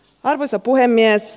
arvoisa puhemies